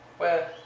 where